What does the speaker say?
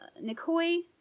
Nikoi